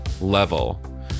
level